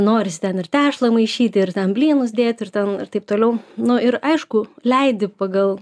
norisi ten ir tešlą maišyti ir blynus dėti ir ten ir taip toliau nu ir aišku leidi pagal